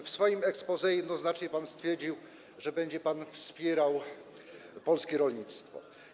W swoim exposé jednoznacznie pan stwierdził, że będzie pan wspierał polskie rolnictwo.